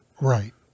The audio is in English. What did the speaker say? Right